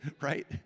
right